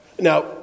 Now